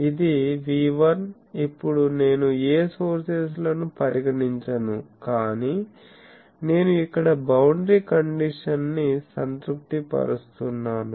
ఇది V1 ఇప్పుడు నేను ఏ సోర్సెస్ లను పరిగణించను కానీ నేను ఇక్కడ బౌండరీ కండిషన్ ని సంతృప్తి పరుస్తున్నాను